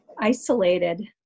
isolated